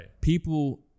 people